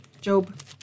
Job